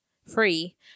Free